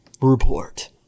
report